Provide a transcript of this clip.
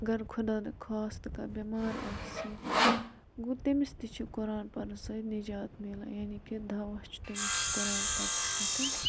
اگر خۄدا نہٕ خاستہ تہٕ کانٛہہ بیٚمار آسہِ گوٚو تٔمِس تہِ چھِ قۄران پَرنہٕ سۭتۍ نِجات مِلان یعنی کہِ دَوا چھُ تٔمِس قۄران پَرنہٕ سۭتۍ